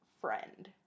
friend